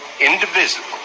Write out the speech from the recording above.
indivisible